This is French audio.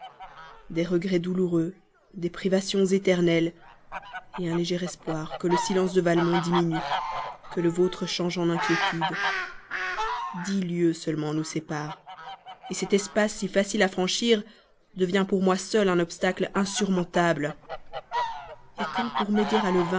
des regrets douloureux des privations éternelles un léger espoir que le silence de valmont diminue que le vôtre change en inquiétude dix lieues seulement nous séparent cet espace si facile à franchir devient pour moi seul un obstacle insurmontable quand pour m'aider à